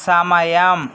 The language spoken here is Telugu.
సమయం